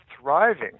thriving